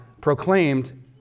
proclaimed